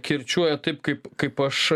kirčiuojat taip kaip kaip aš